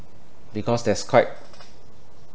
because that's quite